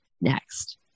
next